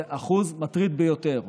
זה אחוז מטריד ביותר,